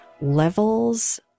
levels